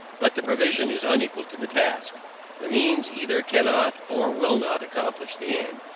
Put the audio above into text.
but the provision is unequal to the task the means either cannot or will not accomplish the end,